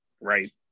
right